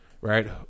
Right